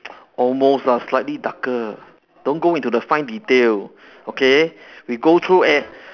almost ah slightly darker don't go into the fine detail okay we go through e~